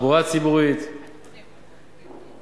תחבורה ציבורית ועוד,